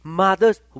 mother's